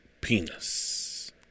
penis